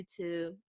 youtube